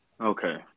Okay